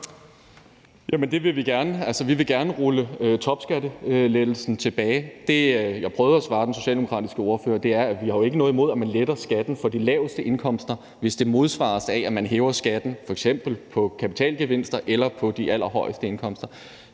Vi vil gerne rulle topskattelettelsen tilbage. Det, jeg prøvede at svare den socialdemokratiske ordfører, var, at vi jo ikke har noget imod, at man letter skatten for dem med de laveste indkomster, hvis det modsvares af, at man hæver skatten på f.eks. kapitalgevinster eller på de allerhøjeste indkomster.